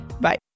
Bye